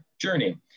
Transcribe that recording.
journey